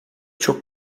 çok